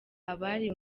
abari